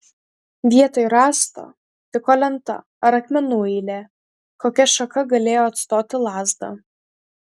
vietoj rąsto tiko lenta ar akmenų eilė kokia šaka galėjo atstoti lazdą